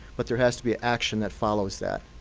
but there has to be action that follows that.